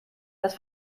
das